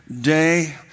day